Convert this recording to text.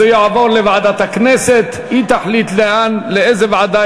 הודעת הממשלה על רצונה להחיל דין רציפות נתקבלה.